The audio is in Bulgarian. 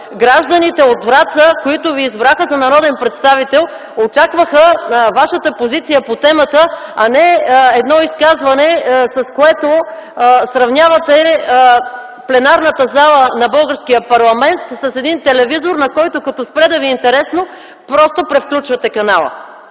гражданите от Враца, които Ви избраха за народен представител, очакваха Вашата позиция по темата, а не едно изказване, с което сравнявате пленарната зала на българския парламент с един телевизор – като спре да Ви е интересно, просто превключвате канала.